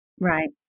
Right